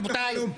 רבותיי,